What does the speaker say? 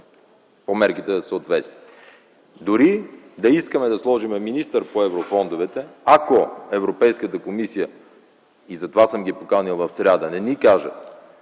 по мерките за съответствие. Дори да искаме да сложим министър по еврофондовете, ако Европейската комисия – затова съм ги поканил в сряда – не ни каже,